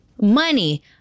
money